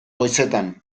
goizetan